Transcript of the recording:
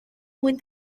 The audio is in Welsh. mwyn